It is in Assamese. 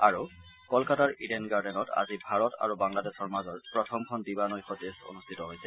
আৰু কলকাতাৰ ইডেন গাৰ্ডেনত আজি ভাৰত আৰু বাংলাদেশৰ মাজৰ প্ৰথমখন দিবা নৈশ টেষ্ট অনুষ্ঠিত হৈছে